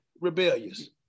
rebellious